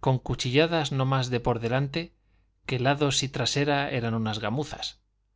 con cuchilladas no más de por delante que lados y trasera eran unas gamuzas las